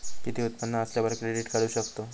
किती उत्पन्न असल्यावर क्रेडीट काढू शकतव?